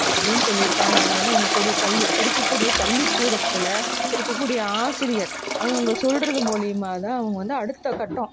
அப்படீன்னு சொல்லியிருக்காங்க அதுவந்து அவங்கக்கூட பள்ளி படிக்கக்கூடிய பள்ளிக்கூடத்தில் இருக்கக்கூடிய ஆசிரியர் அவங்க சொல்வது மூலயமாதான் அவங்க வந்து அடுத்த கட்டம்